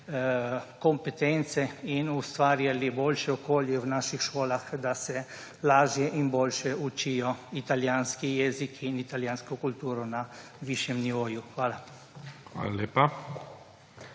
kompetence in ustvarjali boljše okolje v naših šolah, da se bo lažje in boljše učilo italijanski jezik in italijansko kulturo na višjem nivoju. Hvala.